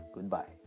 Goodbye